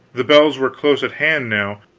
the bells were close at hand now,